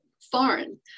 foreign